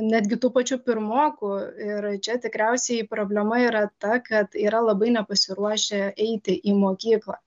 netgi tų pačių pirmokų ir čia tikriausiai problema yra ta kad yra labai nepasiruošę eiti į mokyklą